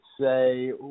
say